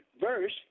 verse